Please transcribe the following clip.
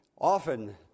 Often